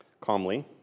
Calmly